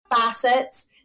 facets